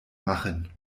machen